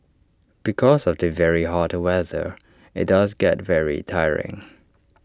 because of the very hot weather IT does get very tiring